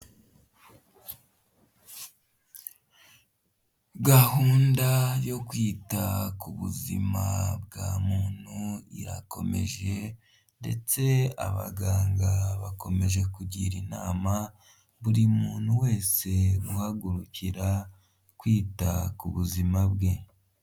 Gahunda yo kwita ku buzima bwa muntu irakomeje, ndetse abaganga bakomeje kugira inama buri muntu wese uhagurukira kwita ku buzima bwe.